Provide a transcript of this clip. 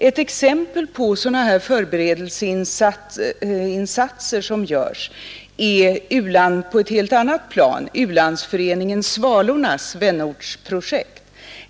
Ett exempel på förberedelseinsatser som görs på ett helt annat plan är u-andsföreningen Svalornas vänortsprojekt.